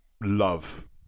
love